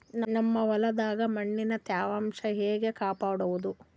ನಮ್ ಹೊಲದಾಗ ಮಣ್ಣಿನ ತ್ಯಾವಾಂಶ ಹೆಂಗ ಕಾಪಾಡೋದು?